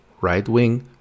right-wing